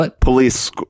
police